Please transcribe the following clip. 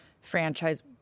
franchise